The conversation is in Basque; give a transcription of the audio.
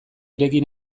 ireki